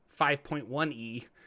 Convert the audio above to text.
5.1e